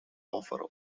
offer